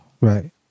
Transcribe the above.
right